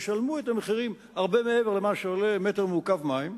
ישלמו את המחירים הרבה מעבר למה שעולה מטר מעוקב מים,